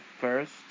first